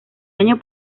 año